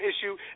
issue